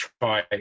try